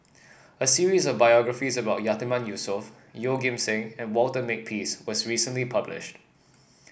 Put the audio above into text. a series of biographies about Yatiman Yusof Yeoh Ghim Seng and Walter Makepeace was recently published